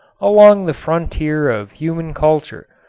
along the frontier of human culture,